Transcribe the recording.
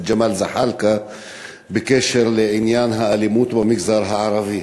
זחאלקה בקשר לעניין האלימות במגזר הערבי.